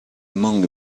among